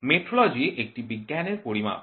metrology একটি বিজ্ঞানের পরিমাপ